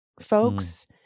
folks